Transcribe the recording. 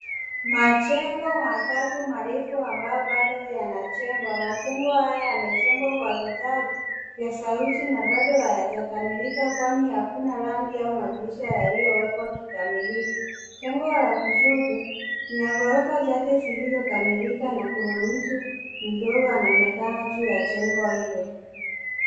Majengo matatu marefu ambayo bado yanajengwa. Majengo haya yamejengwa kwa vifaa vya saruji na bado hayajakamilika kwani hakuna rangi au madirisha yaliyowekwa kikamilifu. Jengo la kushoto, lina ghorofa chache zilizokamilika na kuna mtu mdogo anaonekana juu ya jengo hilo.